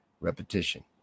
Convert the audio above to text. repetition